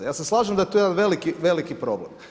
Ja se slažem da je to jedan veliki problem.